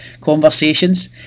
conversations